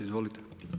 Izvolite!